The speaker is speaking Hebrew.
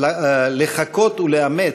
לחקות ולאמץ,